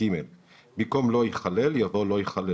אבל שלא בסמכות.